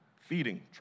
feeding